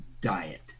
diet